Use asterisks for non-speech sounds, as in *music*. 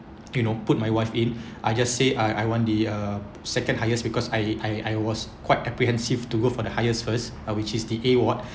*noise* you know put my wife in I just say I I want the uh second highest because I I I was quite apprehensive to go for the highest first uh which is the A ward